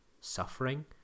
suffering